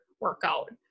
workout